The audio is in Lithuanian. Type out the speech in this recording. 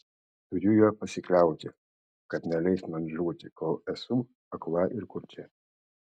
turiu juo pasikliauti kad neleis man žūti kol esu akla ir kurčia